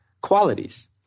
qualities